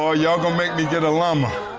ah y'all gonna make me get a llama.